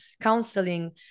counseling